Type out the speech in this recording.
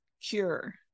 cure